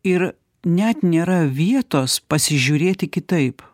ir net nėra vietos pasižiūrėti kitaip